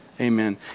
amen